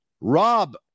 Rob